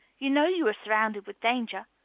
you know you are surrounded with danger.